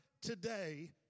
today